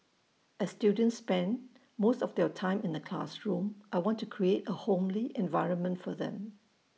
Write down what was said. as students spend most of their time in the classroom I want to create A homely environment for them